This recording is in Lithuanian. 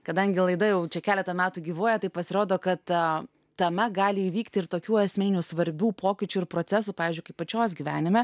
kadangi laida jau čia keletą metų gyvuoja tai pasirodo kad ta tema gali įvykti ir tokių esminių svarbių pokyčių ir procesų pavyzdžiui kai pačios gyvenime